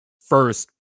first